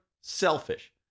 selfish